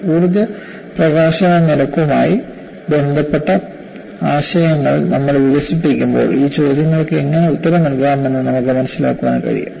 ഊർജ്ജ പ്രകാശന നിരക്കുമായി ബന്ധപ്പെട്ട ആശയങ്ങൾ നമ്മൾ വികസിപ്പിക്കുമ്പോൾ ഈ ചോദ്യങ്ങൾക്ക് എങ്ങനെ ഉത്തരം നൽകാമെന്ന് നമുക്ക് മനസ്സിലാക്കാൻ കഴിയും